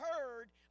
heard